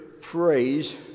phrase